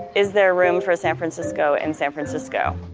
is there room for san francisco in san francisco?